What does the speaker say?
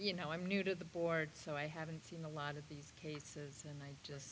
you know i'm new to the board so i haven't seen a lot of these cases and i